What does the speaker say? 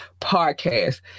podcast